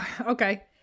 Okay